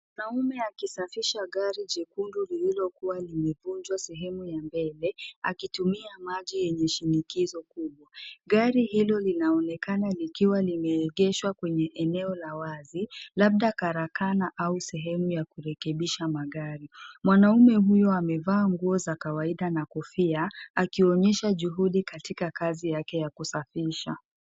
Mwanaume akisafisha gari jekundu lililokuwa limevunjwa sehemu ya mbele, akitumia maji yenye shinikizo kubwa. Gari hilo linaonekana likiwa limeegeshwa kwenye eneo la wazi, labda karakana au sehemu ya kurekebisha magari. Mwanaume huyo amevaa nguo za kawaida na kofia, akionyesha juhudi katika kazi yake ya kusafisha.